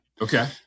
Okay